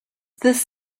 this